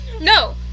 No